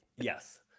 yes